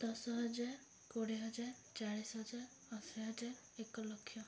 ଦଶ ହଜାର କୋଡ଼ିଏ ହଜାର ଚାଳିଶ ହଜାର ଅଶୀ ହଜାର ଏକ ଲକ୍ଷ